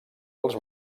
als